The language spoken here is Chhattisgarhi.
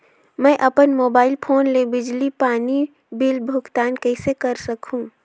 मैं अपन मोबाइल फोन ले बिजली पानी बिल भुगतान कइसे कर सकहुं?